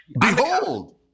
behold